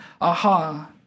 aha